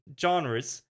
genres